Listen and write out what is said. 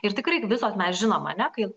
ir tikrai gi visos mes žinom ane kai